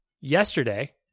Yesterday